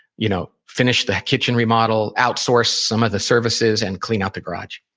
you know finish the kitchen remodel. outsource some of the services. and, clean out the garage.